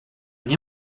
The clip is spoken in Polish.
nie